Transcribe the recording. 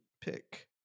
pick